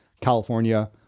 California